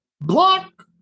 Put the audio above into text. block